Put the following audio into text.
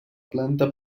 planta